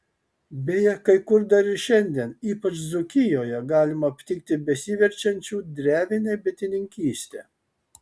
beje kai kur dar ir šiandien ypač dzūkijoje galima aptikti besiverčiančių drevine bitininkyste